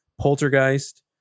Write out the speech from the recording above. Poltergeist